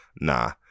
Nah